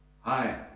Hi